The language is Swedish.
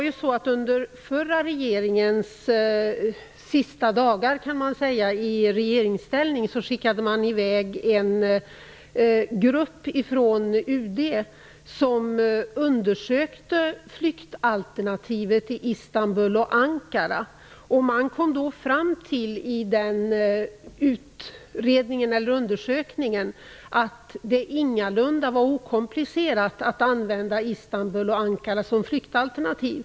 Under den förra regeringens sista dagar i regeringsställning skickade man i väg en grupp från UD som undersökte flyktalternativet i Istanbul och Ankara. I den undersökningen kom man fram till att det ingalunda var okomplicerat att använda dessa båda städer som flyktalternativ.